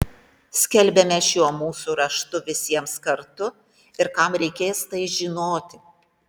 skelbiame šiuo mūsų raštu visiems kartu ir kam reikės tai žinoti